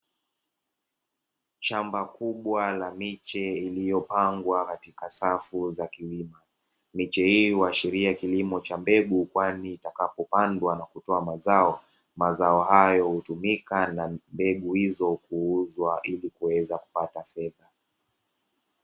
Shamba kubwa miche iliyopangwa katika safu za kiwima miche hiyo huashiria kilimo cha mbegu kwani itakapo pandwa na kutoa mzao, mazao hayo hutumika na mbegu huuzwa ili kuweza kupata fedha.